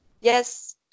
Yes